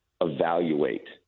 evaluate